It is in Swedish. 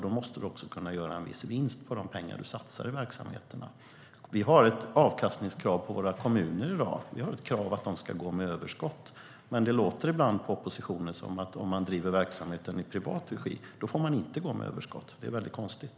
Då måste du kunna göra en viss vinst på de pengar du satsar i verksamheterna. Det finns ett avkastningskrav på våra kommuner i dag. De ska gå med överskott. Men det låter ibland på oppositionen som att om man driver verksamheten i privat regi får man inte gå med överskott. Det är konstigt.